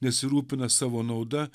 nesirūpina savo nauda